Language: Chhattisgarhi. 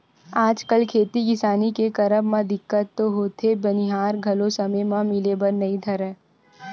आजकल खेती किसानी के करब म दिक्कत तो होथे बनिहार घलो समे म मिले बर नइ धरय